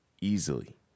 easily